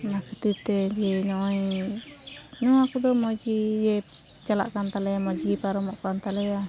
ᱚᱱᱟ ᱠᱷᱟᱹᱛᱤᱨᱛᱮ ᱡᱮ ᱱᱚᱸᱜᱼᱚᱭ ᱱᱚᱣᱟᱠᱚᱫᱚ ᱢᱚᱡᱽᱜᱮ ᱡᱮ ᱪᱟᱞᱟᱜᱠᱟᱱ ᱛᱟᱞᱮᱭᱟ ᱢᱚᱡᱽᱜᱮ ᱯᱟᱨᱚᱢᱚᱜ ᱠᱟᱱ ᱛᱟᱞᱮᱭᱟ